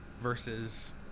versus